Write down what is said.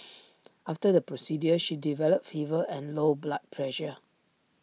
after the procedure she developed fever and low blood pressure